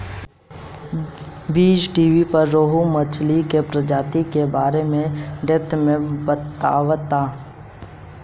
बीज़टीवी पर रोहु मछली के प्रजाति के बारे में डेप्थ से बतावता